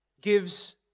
Gives